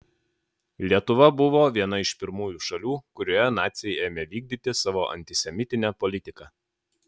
lietuva buvo viena iš pirmųjų šalių kurioje naciai ėmė vykdyti savo antisemitinę politiką